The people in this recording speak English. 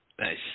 Nice